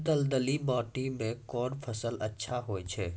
दलदली माटी म कोन फसल अच्छा होय छै?